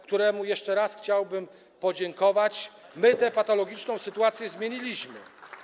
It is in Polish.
któremu jeszcze raz chciałbym podziękować, my tę patologiczną sytuację zmieniliśmy.